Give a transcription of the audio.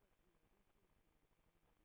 י"ט בכסלו התשע"ז,